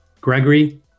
Gregory